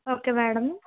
okay madam